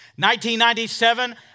1997